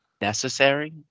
necessary